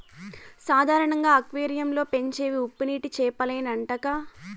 సాధారణంగా అక్వేరియం లో పెంచేవి ఉప్పునీటి చేపలేనంటక్కా